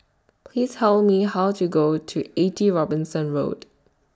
Please Tell Me How to Go to eighty Robinson Road